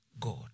God